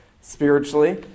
spiritually